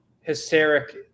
hysteric